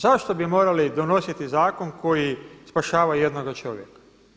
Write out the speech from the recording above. Zašto bi morali donositi zakon koji spašava jednoga čovjeka?